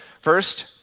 first